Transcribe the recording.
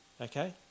Okay